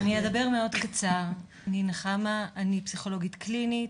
אני אדבר מאוד בקצרה: אני פסיכולוגית קלינית,